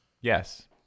Yes